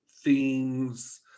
themes